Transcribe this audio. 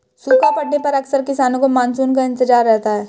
सूखा पड़ने पर अक्सर किसानों को मानसून का इंतजार रहता है